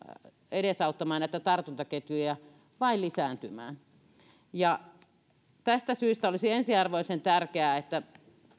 edesauttamaan näitä tartuntaketjuja vain lisääntymään tämä lomautus on tärkeä työnantajapuolelle mutta tästä syystä olisi ensiarvoisen tärkeää että